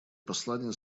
послание